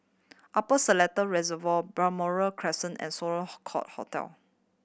Upper Seletar Reservoir Balmoral Crescent and Sloane Court Hotel